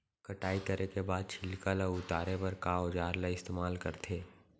कटाई करे के बाद छिलका ल उतारे बर का औजार ल इस्तेमाल करथे?